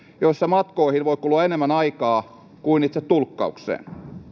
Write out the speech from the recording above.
joilla matkoihin voi kulua enemmän aikaa kuin itse tulkkaukseen